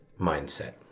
mindset